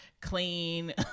clean